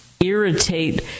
irritate